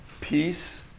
peace